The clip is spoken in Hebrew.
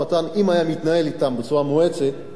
אם היה מתנהל אתם בצורה מואצת ורצינית,